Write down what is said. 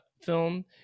film